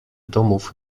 domów